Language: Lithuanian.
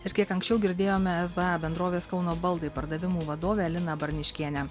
ir kiek anksčiau girdėjome sba bendrovės kauno baldai pardavimų vadovę aliną barniškienę